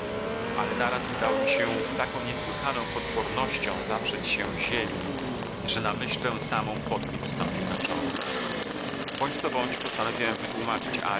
ale naraz wydało mi się taką niesłychaną potwornością zaprzeć się ziemi że na myśl tę samą pot mi wystąpił na czoło bądź co bądź postanowiłem wytłumaczyć